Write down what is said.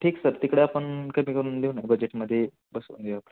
ठीक सर तिकडे आपण कमी करून देऊ ना बजेटमध्ये बसवून देऊ